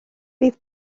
bydd